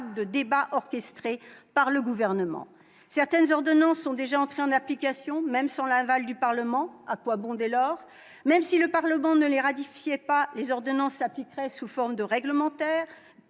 de débat orchestré par le Gouvernement. Ainsi, certaines ordonnances sont déjà entrées en application, sans l'aval du Parlement. Dès lors, à quoi bon débattre ? Même si le Parlement ne les ratifiait pas, les ordonnances s'appliqueraient sous forme réglementaire.